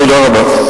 תודה רבה.